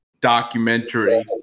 documentary